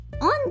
on